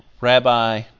Rabbi